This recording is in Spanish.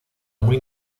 muy